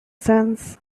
sense